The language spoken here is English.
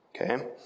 Okay